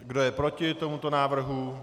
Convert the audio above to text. Kdo je proti tomuto návrhu?